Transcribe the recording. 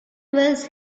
was